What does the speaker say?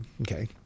okay